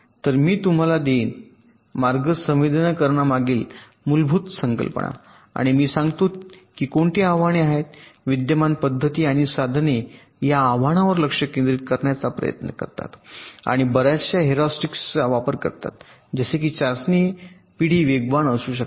तर मी तुला देईन मार्ग संवेदीकरणामागील मूलभूत संकल्पना आणि मी सांगतो की कोणती आव्हाने आहेत विद्यमान पद्धती आणि साधने या आव्हानांवर लक्ष केंद्रित करण्याचा प्रयत्न करतात आणि बर्याच हेरॉरिस्टिक्सचा वापर करतात जसे की चाचणी पिढी वेगवान असू शकते